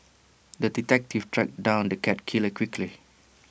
the detective tracked down the cat killer quickly